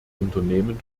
unternehmen